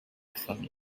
phone